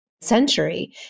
century